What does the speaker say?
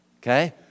Okay